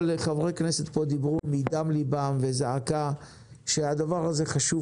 אבל חברי כנסת פה דיברו מדם ליבם בזעקה שהדבר הזה חשוב